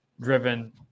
driven